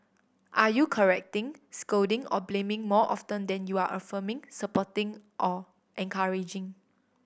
are you correcting scolding or blaming more often than you are affirming supporting or encouraging